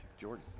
Jordan